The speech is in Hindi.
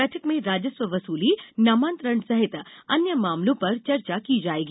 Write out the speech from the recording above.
बैठक में राजस्व वसूली नामांतरण सहित अन्य मामलों पर चर्चा की जायेगी